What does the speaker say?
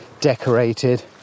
decorated